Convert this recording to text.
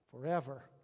forever